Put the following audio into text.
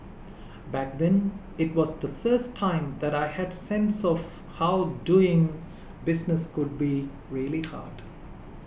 back then it was the first time that I had a sense of how doing business could be really hard